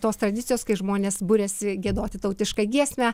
ne tos tradicijos kai žmonės buriasi giedoti tautišką giesmę